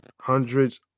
hundreds